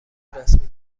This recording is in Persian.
رسمی